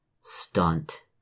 stunt